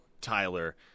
Tyler